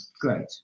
Great